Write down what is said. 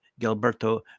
Gilberto